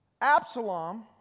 Absalom